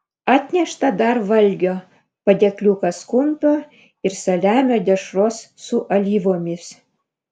atnešta dar valgio padėkliukas kumpio ir saliamio dešros su alyvomis